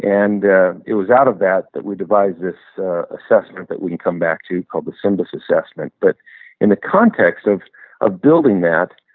and it was out of that that we devised this assessment that we can come back to called the symbis assessment. but in the context of of building that,